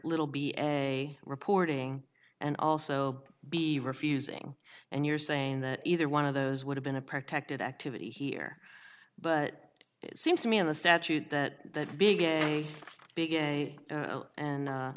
little be ebay reporting and also be refusing and you're saying that either one of those would have been a protected activity here but it seems to me in the statute that the big big and